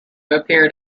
appeared